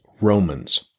Romans